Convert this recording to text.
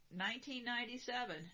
1997